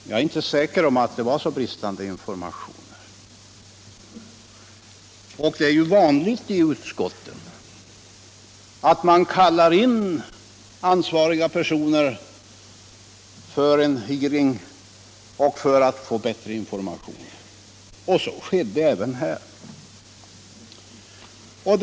Jag är inte säker på att så är fallet. Det är ju vanligt att utskotten kallar in ansvariga personer till en hearing för att få bättre information. Så skedde även i detta fall.